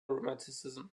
romanticism